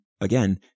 again